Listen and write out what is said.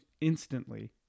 instantly